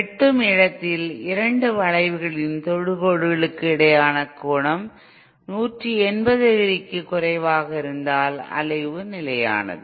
வெட்டும் இடத்தில் இரண்டு வளைவுகளின் தொடுகோடுகளுக்கு இடையிலான கோணம் 180 டிகிரிக்கு குறைவாக இருந்தால் அலைவு நிலையானது